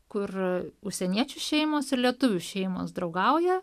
kur užsieniečių šeimos ir lietuvių šeimos draugauja